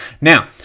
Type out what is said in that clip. Now